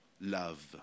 Love